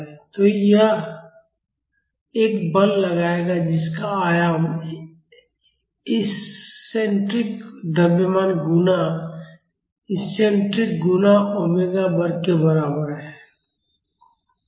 तो यह एक बल लगाएगा जिसका आयाम इक्सेन्ट्रिक द्रव्यमान गुणा इक्सेन्ट्रिक गुणा ओमेगा वर्ग के बराबर है